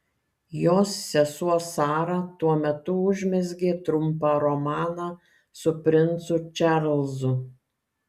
jos sesuo sara tuo metu užmezgė trumpą romaną su princu čarlzu